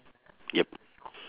yup